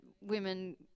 women